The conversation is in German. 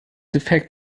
defekt